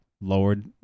lowered